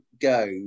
go